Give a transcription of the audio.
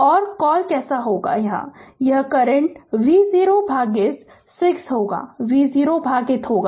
और कॉल कैसा होगा यहाँ और यह करंट V0भागित 6 होगा V0 भागित होगा